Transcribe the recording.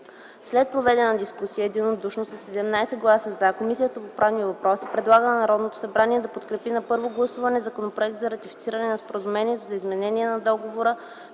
След проведената дискусия единодушно със 17 гласа „за” Комисията по правни въпроси предлага на Народното събрание да подкрепи на първо гласуване Законопроекта за ратифициране на Споразумението за изменение на Договора